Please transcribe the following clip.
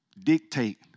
dictate